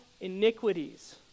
iniquities